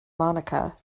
monica